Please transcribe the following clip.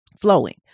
flowing